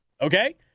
Okay